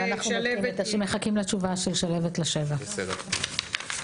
ומחכים לתשובת שלהבת לגבי 7 שנים.